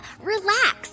Relax